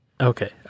okay